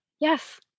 yes